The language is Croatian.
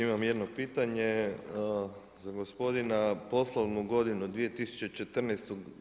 Imam jedno pitanje za gospodina, poslovnu godinu 2014.